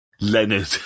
Leonard